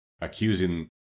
accusing